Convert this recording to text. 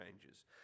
changes